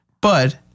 But-